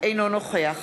אינו נוכח